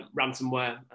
ransomware